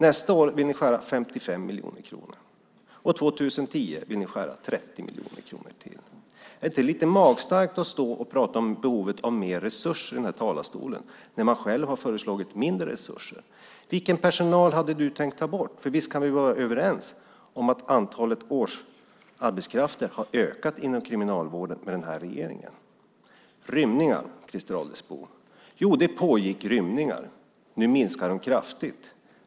Nästa år vill ni skära ned med 55 miljoner kronor, och 2010 vill ni skära ned med 30 miljoner kronor till. Är det inte lite magstarkt att stå i den här talarstolen och prata om behovet av mer resurser när man själv har föreslagit mindre resurser? Vilken personal hade du tänkt ta bort? Visst kan vi vara överens om att antalet årsarbetskrafter har ökat inom kriminalvården med den här regeringen. Jo, det pågick rymningar. Nu minskar de kraftigt.